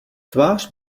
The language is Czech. tvář